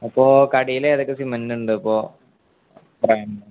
അപ്പോള് കടയില് ഏതൊക്കെ സിമെൻറുണ്ട് ഇപ്പോള്